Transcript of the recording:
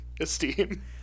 esteem